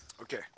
Okay